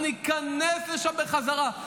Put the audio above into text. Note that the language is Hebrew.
אנחנו ניכנס לשם בחזרה,